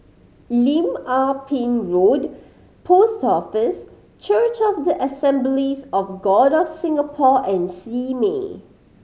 Lim Ah Pin Road Post Office Church of the Assemblies of God of Singapore and Simei